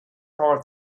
heart